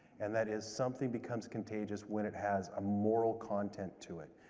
and that is something becomes contagious when it has a moral content to it.